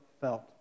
felt